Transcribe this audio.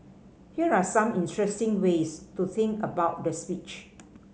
here are some interesting ways to think about the speech